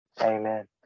Amen